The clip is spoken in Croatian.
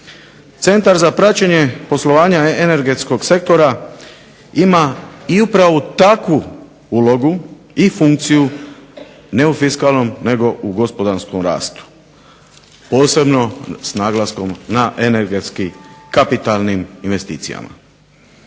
Centar za praćenje poslovanja energetskog sektora ima i upravo takvu ulogu i funkciju ne u fiskalnom nego u gospodarskom rastu posebno s naglaskom na energetski kapitalnim investicijama.